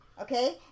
okay